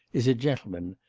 is a gentleman,